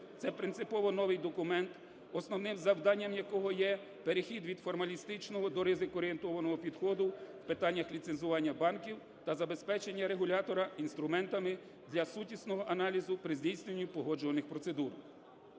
Це принципово новий документ, основним завданням якого є перехід від формалістичного до ризикоорієнтованого підходу в питаннях ліцензування банків та забезпечення регулятора інструментами для сутнісного аналізу при здійсненні погоджувальних процедур.